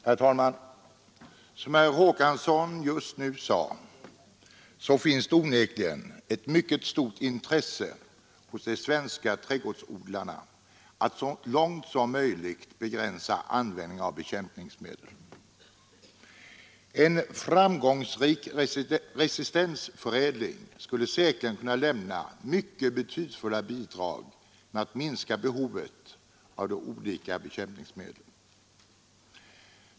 Herr talman! Som herr Håkansson just sagt finns det onekligen ett mycket stort intresse bland de svenska trädgårdsodlarna för att så långt som möjligt begränsa användningen av bekämpningsmedel. En framgångsrik resistensförädling skulle säkerligen kunna lämna mycket betydelsefulla bidrag genom att minska behovet av olika bekämpningsmedel.